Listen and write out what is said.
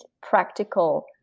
practical